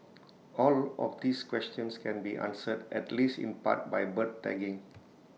all of these questions can be answered at least in part by bird tagging